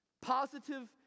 Positive